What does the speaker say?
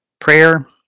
prayer